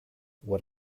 what